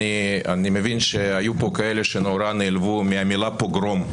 אני מבין שהיו פה כאלה שנעלבו מאוד מהמילה "פוגרום".